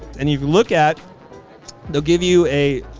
and you look at they'll give you a.